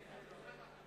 צריך למשוך את כל הפרק,